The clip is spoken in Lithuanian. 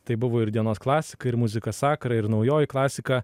tai buvo ir dienos klasika ir muzika sakra ir naujoji klasika